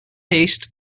haste